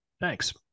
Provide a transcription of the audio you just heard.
Thanks